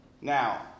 Now